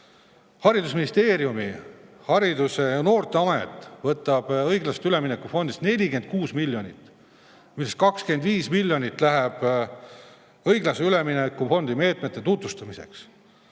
Haridusministeeriumi Haridus- ja Noorteamet võtab õiglase ülemineku fondist 46 miljonit, millest 25 miljonit läheb õiglase ülemineku fondi meetmete tutvustamiseks.